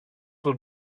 will